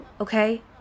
okay